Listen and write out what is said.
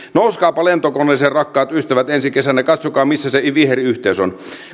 nouskaapa lentokoneeseen rakkaat ystävät ensi kesänä ja katsokaa missä se viheryhteys on